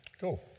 Cool